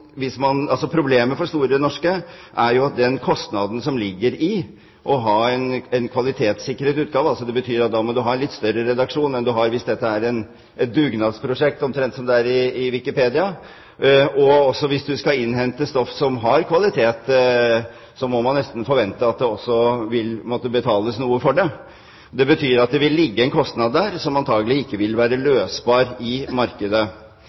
må ha en litt større redaksjon enn man har hvis dette er et dugnadsprosjekt omtrent slik som det er i Wikipedia. Og hvis man skal innhente stoff som har kvalitet, må man nesten forvente at det også vil måtte betales noe for det. Det betyr at det vil ligge en kostnad der som antakelig ikke vil være løsbar i markedet.